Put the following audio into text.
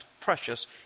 precious